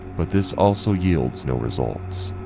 but this also yields no results.